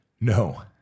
no